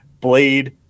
Blade